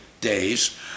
days